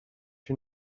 you